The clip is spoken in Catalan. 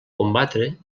combatre